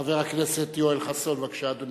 חבר הכנסת יואל חסון, בבקשה, אדוני.